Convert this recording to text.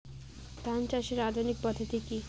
ধান চাষের আধুনিক পদ্ধতি কি?